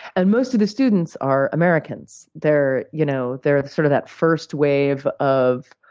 and most of the students are americans. they're you know they're sort of that first wave of,